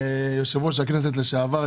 יושב ראש הכנסת לשעבר,